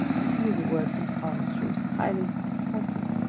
and to use a word from palmistry, highly psychic,